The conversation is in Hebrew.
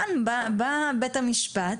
כאן בא בית המשפט,